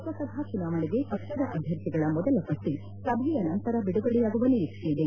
ಲೋಕಸಭಾ ಚುನಾವಣೆಗೆ ಪಕ್ಷದ ಅಭ್ಯರ್ಥಿಗಳ ಮೊದಲ ಪಟ್ಟ ಸಭೆಯ ನಂತರ ಬಿಡುಗಡೆಯಾಗುವ ನಿರೀಕ್ಷೆ ಇದೆ